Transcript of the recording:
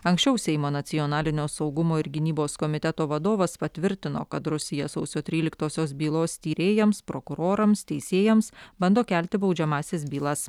anksčiau seimo nacionalinio saugumo ir gynybos komiteto vadovas patvirtino kad rusija sausio tryliktosios bylos tyrėjams prokurorams teisėjams bando kelti baudžiamąsias bylas